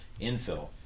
Infill